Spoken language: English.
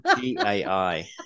G-A-I